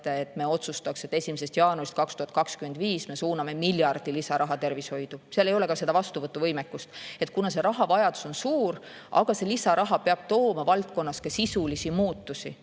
et me otsustaksime, et 1. jaanuarist 2025 me suuname miljardi lisaraha tervishoidu. Seal ei ole ka vastuvõtuvõimekust. Kuna rahavajadus on suur, aga lisaraha peab tooma valdkonnas ka sisulisi muutusi,